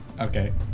Okay